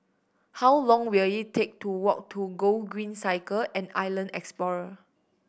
how long will it take to walk to Gogreen Cycle and Island Explorer